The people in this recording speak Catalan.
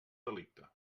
delicte